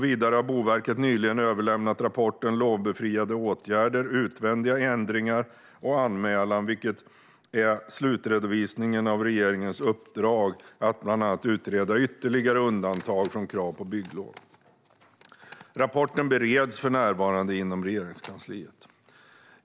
Vidare har Boverket nyligen överlämnat rapporten 2018:17 Lovbefriade åtgärder, utvändiga ändringar och anmälan , vilket är slutredovisningen av regeringens uppdrag att bland annat utreda ytterligare undantag från krav på bygglov. Rapporten bereds för närvarande inom Regeringskansliet.